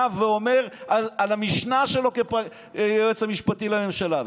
ואומר על המשנה שלו כיועץ המשפטי לממשלה,